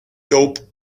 dope